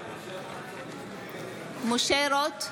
משה רוט,